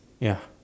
ya